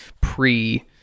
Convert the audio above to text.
pre